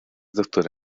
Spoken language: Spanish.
doctora